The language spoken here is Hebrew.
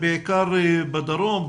הקושי שאנחנו מזהים זה בעיקר בדרום,